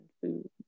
food